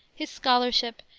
his scholarship,